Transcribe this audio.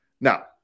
Now